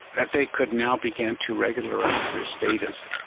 that they could now begin to regularise their status,